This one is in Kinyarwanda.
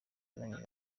warangije